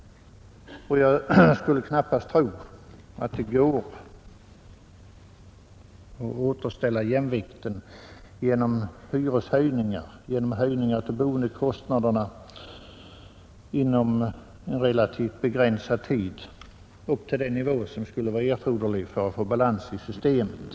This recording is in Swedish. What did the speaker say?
Jag skulle knappast tro att det går att återställa jämvikten genom hyreshöjningar, genom höjningar av boendekostnaderna, inom en relativt begränsad tid upp till den nivå som skulle vara erforderlig för att få balans i systemet.